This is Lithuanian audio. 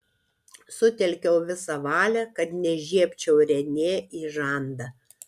sutelkiau visą valią kad nežiebčiau renė į žandą